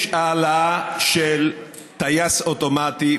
יש העלאה של טייס אוטומטי,